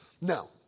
Now